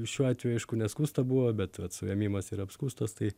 šiuo atveju aišku neskųsta buvo bet vat suėmimas yra apskųstas tai